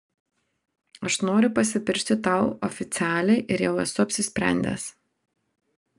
aš noriu pasipiršti tau oficialiai ir jau esu apsisprendęs